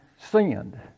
sinned